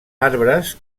arbres